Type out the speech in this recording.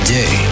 day